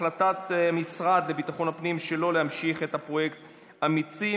החלטת המשרד לביטחון הפנים שלא להמשיך את פרויקט אמיצים,